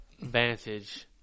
Vantage